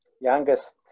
youngest